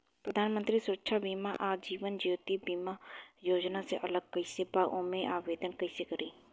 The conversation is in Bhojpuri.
प्रधानमंत्री सुरक्षा बीमा आ जीवन ज्योति बीमा योजना से अलग कईसे बा ओमे आवदेन कईसे करी?